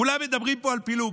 כולם מדברים פה על פילוג,